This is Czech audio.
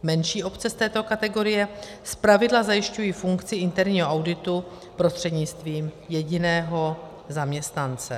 Menší obce z této kategorie zpravidla zajišťují funkci interního auditu prostřednictvím jediného zaměstnance.